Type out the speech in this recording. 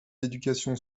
d’éducation